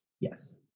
yes